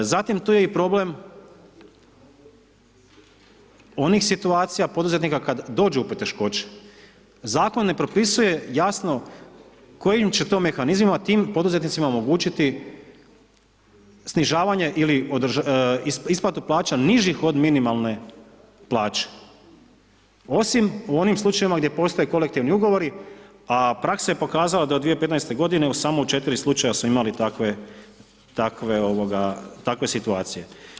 Zatim tu je i problem onih situacija poduzetnika kada dođu u poteškoće, zakon ne propisuje jasno kojim će to mehanizmima tim poduzetnicima omogućit snižavanje ili isplatu plaća nižih od minimalne plaće osim u onim slučajevima gdje postoje kolektivni ugovori a praksa je pokazala da do 2015. godine u samo 4 slučajeva smo imali takve situacije.